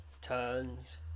turns